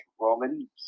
Roman